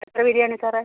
എത്ര ബിരിയാണി സാറേ